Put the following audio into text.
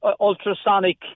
ultrasonic